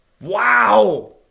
Wow